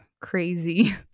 crazy